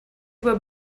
were